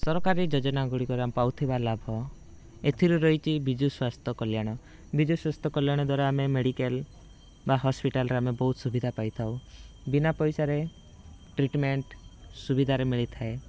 ସରକାରୀ ଯୋଜନା ଗୁଡ଼ିକରେ ଆମେ ପାଉଥିବା ଲାଭ ଏଥିରୁ ରହିଛି ବିଜୁ ସ୍ୱାସ୍ଥ୍ୟ କଲ୍ୟାଣ ବିଜୁ ସ୍ୱାସ୍ଥ୍ୟ କଲ୍ୟାଣ ଦ୍ୱାରା ଆମେ ମେଡ଼ିକାଲ ବା ହସ୍ପିଟାଲରେ ଆମେ ବହୁତ ସୁବିଧା ପାଇଥାଉ ବିନା ପଇସାରେ ଟ୍ରିଟମେଣ୍ଟ ସୁବିଧାରେ ମିଳିଥାଏ